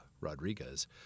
Rodriguez